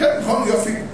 כן, יופי.